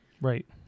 Right